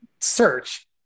search